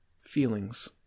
Feelings